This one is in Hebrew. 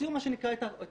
הוציאו מה שנקרא את העוקץ.